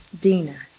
Dina